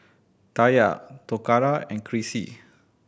Taya Toccara and Crissie